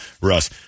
Russ